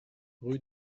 rue